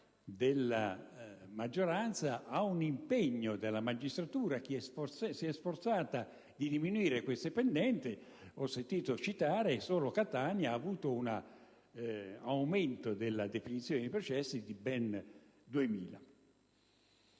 della maggioranza - ad un impegno della magistratura che si è sforzata di diminuire le pendenze; ho sentito citare solo Catania, che ha avuto un aumento della definizione dei processi pari a 2.000.